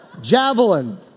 javelin